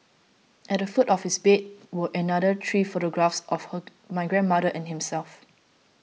at the foot of his bed were another three photographs of my grandmother and himself